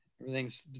Everything's